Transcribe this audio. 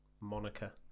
moniker